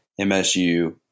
MSU